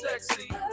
sexy